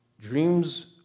Dreams